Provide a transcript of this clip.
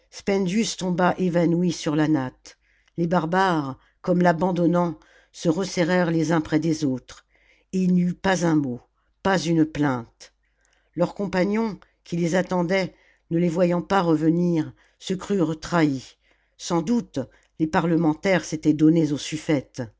spendius tomba évanoui sur la natte les barbares comme l'abandonnant se resserrèrent les uns près des autres et il n'y eut pas un mot pas une plainte leurs compagnons qui les attendaient ne les voyant pas revenir se crurent trahis sans doute les parlementaires s'étaient donnés au suffete